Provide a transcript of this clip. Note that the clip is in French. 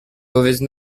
mauvaise